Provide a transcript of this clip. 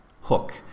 hook